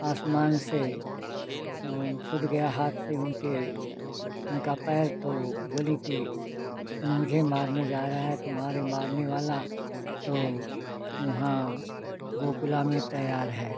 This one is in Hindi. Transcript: आसमान से छूट गया हाथ से उनके उनका पैर तो बोली कि तुम मुझे मारने जा रहा है तुम्हारे मारने वाला तो वहाँ गोकुल में तैयार है